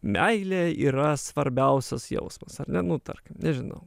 meilė yra svarbiausias jausmas ar ne nu tarkim nežinau